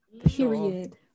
Period